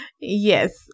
Yes